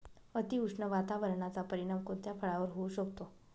अतिउष्ण वातावरणाचा परिणाम कोणत्या फळावर होऊ शकतो?